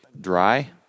dry